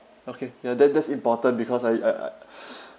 okay ya that that's important because I I